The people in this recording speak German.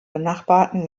benachbarten